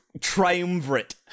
triumvirate